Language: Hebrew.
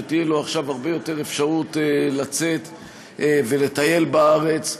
שתהיה לו עכשיו אפשרות רבה יותר לצאת ולטייל בארץ,